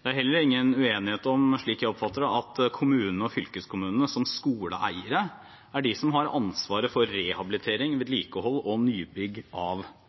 Det er heller ingen uenighet om, slik jeg oppfatter det, at kommunene og fylkeskommunene som skoleeiere er de som har ansvaret for rehabilitering, vedlikehold og nybygg av